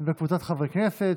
וקבוצת חברי הכנסת,